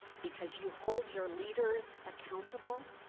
because you hold your leaders accountable